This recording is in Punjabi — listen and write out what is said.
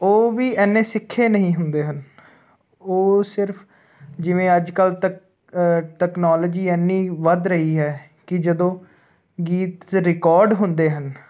ਉਹ ਵੀ ਇੰਨੇ ਸਿੱਖੇ ਨਹੀਂ ਹੁੰਦੇ ਹਨ ਉਹ ਸਿਰਫ ਜਿਵੇਂ ਅੱਜ ਕੱਲ੍ਹ ਤੱਕ ਤਕ ਤੈਕਨੋਲੋਜੀ ਇੰਨੀ ਵੱਧ ਰਹੀ ਹੈ ਕਿ ਜਦੋਂ ਗੀਤ ਰਿਕਾਰਡ ਹੁੰਦੇ ਹਨ